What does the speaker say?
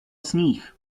sníh